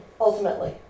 Ultimately